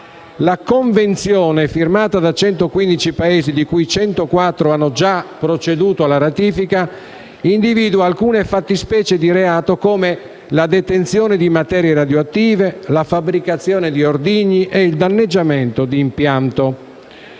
La Convenzione, firmata da 115 Paesi, di cui 104 hanno già proceduto alla ratifica, individua alcune fattispecie di reato, come la detenzione di materie radioattive, la fabbricazione di ordigni e il danneggiamento di impianto.